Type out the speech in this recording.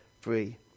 free